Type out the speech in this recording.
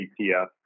ETF